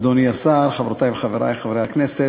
אדוני השר, חברותי וחברי חברי הכנסת,